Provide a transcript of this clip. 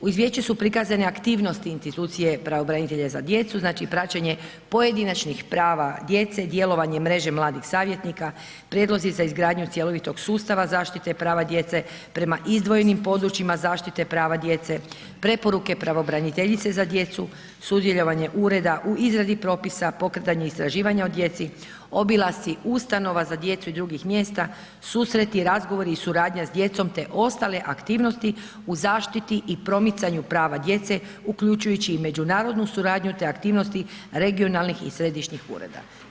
Uz izvješće su prikazane aktivnosti institucije pravobranitelja za djecu, znači, praćenje pojedinačnih prava djece djelovanjem mreže mladih savjetnika, prijedlozi za izgradnju cjelovitog sustava, zaštite prava djece prema izdvojenim područjima, zaštite prava djece preporuke pravobraniteljice za djecu, sudjelovanje ureda u izradi propisa, pokretanju istraživanja o djeci, obilasci ustanova za djecu i drugih mjesta, susreti i razgovori i suradnja s djecom, te ostale aktivnosti u zaštiti i promicanju prava djece uključujući i međunarodnu suradnju, te aktivnosti regionalnih i središnjih ureda.